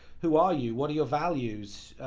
who are you, what are you values?